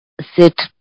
sit